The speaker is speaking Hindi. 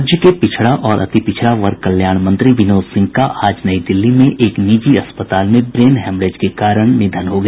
राज्य के पिछड़ा और अति पिछड़ा वर्ग कल्याण मंत्री विनोद सिंह का आज नई दिल्ली में एक निजी अस्पताल में ब्रेन हैमरेज के कारण निधन हो गया